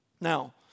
Now